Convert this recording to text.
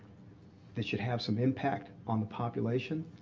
that should have some impact on the population.